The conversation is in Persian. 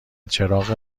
چراغ